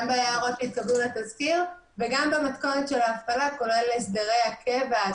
גם בהערות שהתקבלו לתזכיר וגם במתכונת של ההפעלה כולל הסדרי הקבע,